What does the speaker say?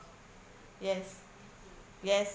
yes yes